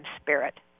Spirit